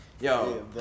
Yo